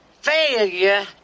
failure